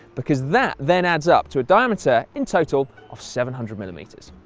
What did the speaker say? because that then adds up to a diameter in total of seven hundred millimetres.